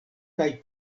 kaj